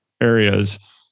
areas